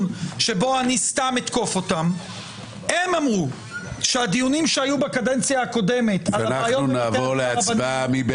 שבו אני סתם אתקוף אותם --- נצביע על הסתייגות 225. מי בעד?